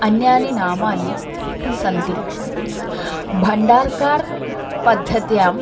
अन्यानि नामानि सन्ति भण्डार्कार् पद्धत्यां